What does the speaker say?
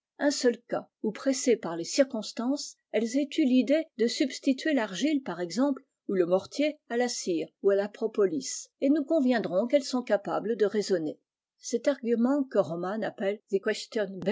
un seul cas où pressées par les circonstances elles aient eu fidée de substituer targile par exemple ou le mortier à la cire et à la propolis et nous conviendrons qu'elles sont capables de raisonner cet argument que romanes appelle